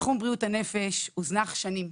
תחום בריאות הנפש הוזנח שנים,